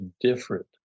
different